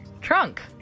Trunk